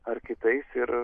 ar kitais ir